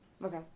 Okay